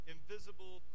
Invisible